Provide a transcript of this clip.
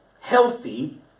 healthy